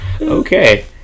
Okay